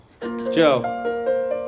Joe